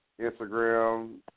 Instagram